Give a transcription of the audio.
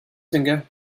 finger